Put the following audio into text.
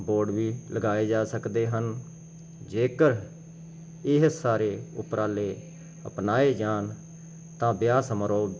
board ਜੀ ਲਗਾਏ ਜਾ ਸਕਦੇ ਹਨ ਜੇਕਰ ਇਹ ਸਾਰੇ ਉਪਰਾਲੇ ਅਪਣਾਏ ਜਾਣ ਤਾਂ ਵਿਆਹ ਸਮਰੋਹ